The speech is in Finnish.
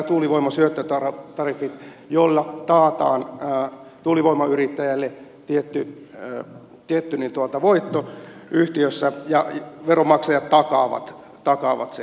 samaten sitten ovat nämä tuulivoiman syöttötariffit joilla taataan tuulivoimayrittäjälle tietty voitto yhtiössä veronmaksajat takaavat sen